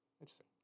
Interesting